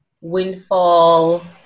Windfall